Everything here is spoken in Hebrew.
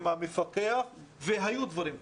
עם המפקח, והיו דברים כאלה.